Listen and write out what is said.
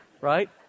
right